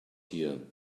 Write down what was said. here